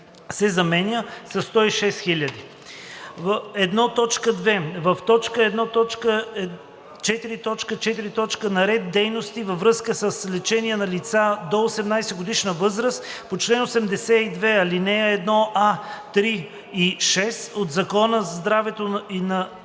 се заменя със 106 000,0. 1.2. В т. 1.1.4.4. на ред „Дейности във връзка с лечение на лица до 18-годишна възраст по чл. 82, ал. 1а, 3 и 6 от Закона за здравето и на